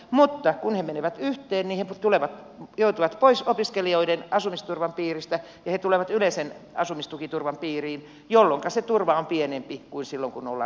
mutta kun he menevät yhteen niin he joutuvat pois opiskelijoiden asumisturvan piiristä ja he tulevat yleisen asumistukiturvan piiriin jolloinka se turva on pienempi kuin silloin kun ollaan opiskelijastatuksella